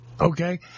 okay